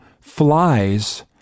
flies